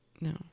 no